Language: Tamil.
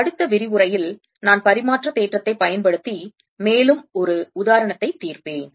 அடுத்த விரிவுரையில் நான் பரிமாற்ற தேற்றத்தைப் பயன்படுத்தி மேலும் ஒரு உதாரணத்தை தீர்ப்பேன்